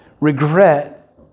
Regret